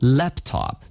laptop